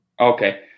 Okay